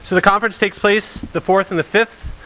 so the conference takes place the fourth and the fifth.